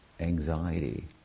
Anxiety